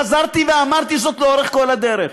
חזרתי ואמרתי זאת לאורך כל הדרך.